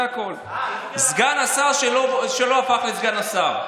זה הכול, סגן שר שלא הפך לסגן שר.